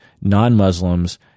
non-Muslims